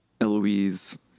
Eloise